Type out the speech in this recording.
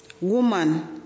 Woman